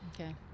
Okay